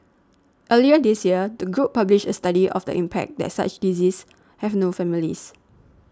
earlier this year the group published a study of the impact that such diseases have no families